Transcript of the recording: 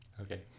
Okay